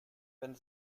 wenn